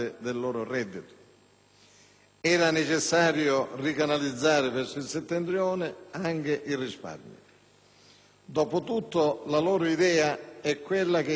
Era necessario ricanalizzare verso il Settentrione anche i risparmi. Dopo tutto, la loro idea era quella che i redditi meridionali